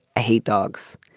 hate dogs.